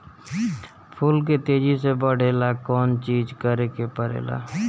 फूल के तेजी से बढ़े ला कौन चिज करे के परेला?